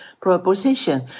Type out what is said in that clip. proposition